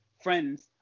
friends